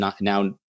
now